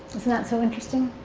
isn't that so interesting?